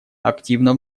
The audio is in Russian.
активно